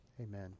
Amen